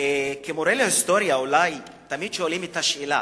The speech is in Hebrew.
כמורה להיסטוריה, תמיד שואלים את השאלה: